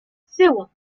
zero